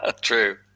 True